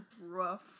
rough